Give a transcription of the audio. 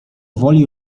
woli